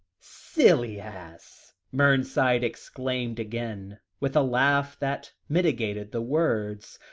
silly ass! mernside exclaimed again, with a laugh that mitigated the words,